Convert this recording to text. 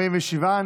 (קוראת בשמות חברי הכנסת) חיים כץ,